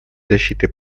защиты